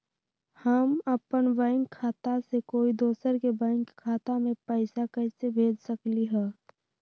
हम अपन बैंक खाता से कोई दोसर के बैंक खाता में पैसा कैसे भेज सकली ह?